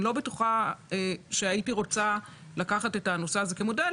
אני לא בטוחה שהייתי רוצה לקחת את הנושא הזה כמודל,